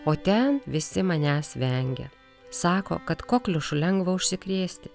o ten visi manęs vengia sako kad kokliušu lengva užsikrėsti